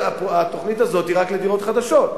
התוכנית הזאת היא רק לדירות חדשות.